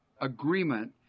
agreement